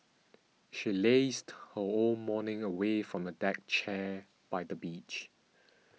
she lazed her whole morning away on a deck chair by the beach